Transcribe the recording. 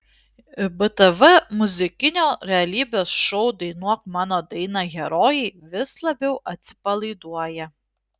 btv muzikinio realybės šou dainuok mano dainą herojai vis labiau atsipalaiduoja